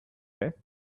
bet